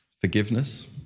Forgiveness